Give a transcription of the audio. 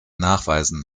nachweisen